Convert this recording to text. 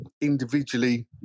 individually